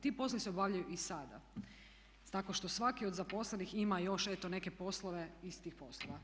Ti poslovi se obavljaju i sada tako što svaki od zaposlenih ima još eto neke poslove iz tih poslova.